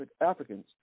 Africans